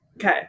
Okay